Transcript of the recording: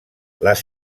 les